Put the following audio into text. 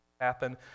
happen